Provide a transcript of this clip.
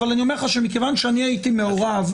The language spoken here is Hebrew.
אבל אני אומר לך שמכיוון שאני הייתי מעורב,